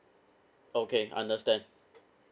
okay understand